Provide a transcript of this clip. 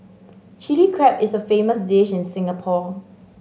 Chilli Crab is a famous dish in Singapore